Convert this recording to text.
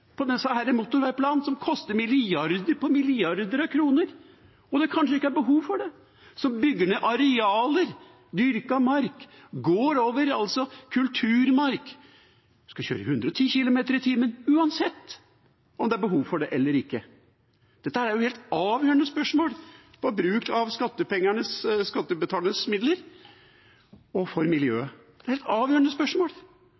på autopilot for disse motorveiplanene som koster milliarder på milliarder av kroner, og som det kanskje ikke er behov for, og som bygger ned arealer av dyrket mark, og som altså går over kulturmark? Man skal kjøre i 110 km/t, uansett om det er behov for det eller ikke. Dette er jo helt avgjørende spørsmål for bruk av skattebetalernes midler og for